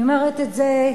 אני אומרת את זה,